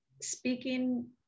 speaking